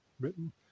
written